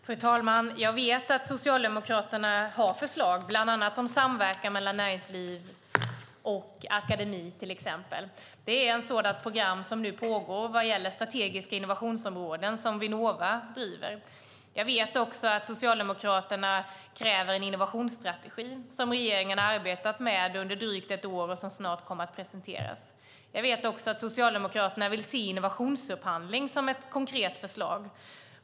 Fru talman! Jag vet att Socialdemokraterna har förslag, bland annat om samverkan mellan näringsliv och akademi. Det är ett sådant program som nu pågår vad gäller strategiska innovationsområden och som Vinnova driver. Jag vet att Socialdemokraterna kräver en innovationsstrategi, som regeringen har arbetat med under drygt ett år och som snart kommer att presenteras. Jag vet att Socialdemokraterna vill se innovationsupphandling som ett konkret förslag.